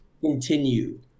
continue